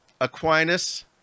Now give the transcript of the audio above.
Aquinas